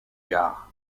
gard